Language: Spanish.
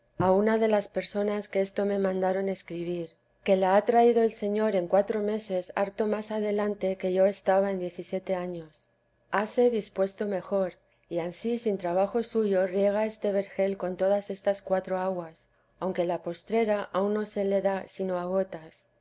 a madre de las personas que esto me mandaron escribir que la ha traído el señor en cuatro meses harto más adelante que yo estaba en diecisiete años hase dispuesto mejor y ansí sin trabajo suyo riega este vergel con todas estas cuatro aguas aunque la postrera aun no se le da sino a gotas